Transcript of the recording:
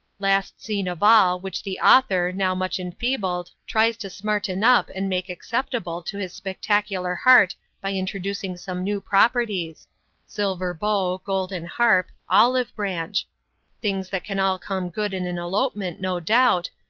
last scene of all, which the author, now much enfeebled, tries to smarten up and make acceptable to his spectacular heart by introducing some new properties silver bow, golden harp, olive branch things that can all come good in an elopement, no doubt,